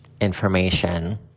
information